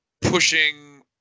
pushing